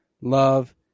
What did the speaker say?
love